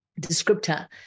descriptor